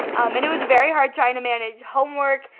and it was very hard trying to manage homework,